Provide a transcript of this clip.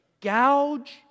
Gouge